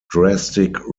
drastic